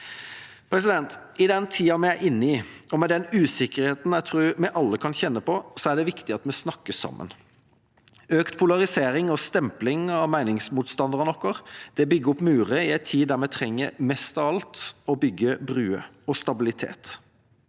ringvirkninger) I tida vi er inne i, og med den usikkerheten jeg tror vi alle kan kjenne på, er det viktig at vi snakker sammen. Økt polarisering og stempling av meningsmotstanderne våre bygger murer i en tid da vi mest av alt trenger å bygge bruer og stabilitet.